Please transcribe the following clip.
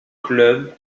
club